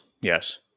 Yes